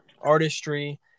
artistry